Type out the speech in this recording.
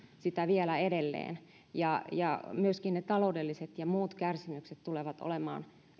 sitä edelleen ja ja myöskin ne taloudelliset ja muut kärsimykset tulevat olemaan